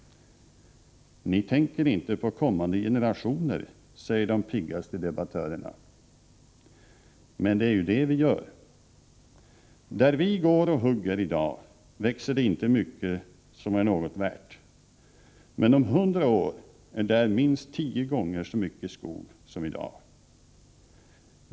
Ni tänker inte på kommande generationer, säger de piggaste debattörerna. Men det är ju det vi gör. Där vi går och hugger idag växer det inte mycket som är något värt, men om hundra år är där minst tio gånger så mycket skog som idag.